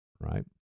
right